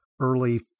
early